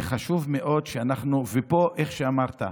וכמו שאמרת,